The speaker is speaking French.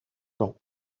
camp